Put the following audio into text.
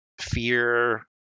fear